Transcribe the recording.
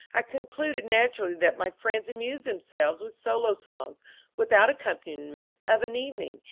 i concluded naturally that my friends amused themselves with solo songs without accompaniment of an evening,